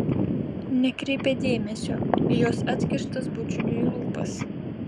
nekreipia dėmesio į jos atkištas bučiniui lūpas